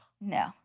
no